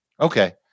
Okay